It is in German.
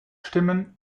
stimmen